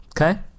Okay